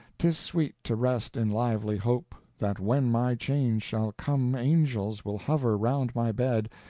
tis sweet to rest in lively hope that when my change shall come angels will hover round my bed,